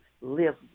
live